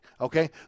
okay